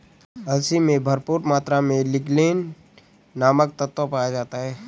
अलसी में भरपूर मात्रा में लिगनेन नामक तत्व पाया जाता है